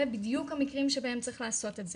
אלה בדיוק המקרים שבהם צריך לעשות את זה.